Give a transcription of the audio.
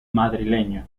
madrileño